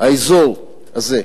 האזור הזה,